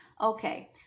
Okay